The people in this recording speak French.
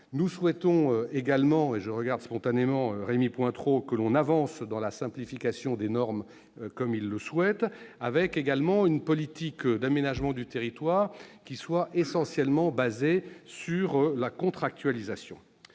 Nous souhaitons également- et je regarde spontanément Rémy Pointereau -que l'on avance dans la simplification des normes, comme le demande notre collègue. Par ailleurs, la politique d'aménagement du territoire doit essentiellement être basée sur la contractualisation.